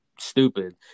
stupid